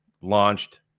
launched